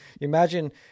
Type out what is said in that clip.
Imagine